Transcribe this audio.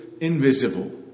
invisible